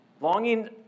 Longing